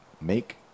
make